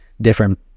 different